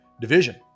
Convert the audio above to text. division